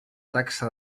taxa